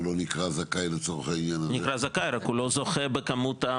גם בקרב יזמים,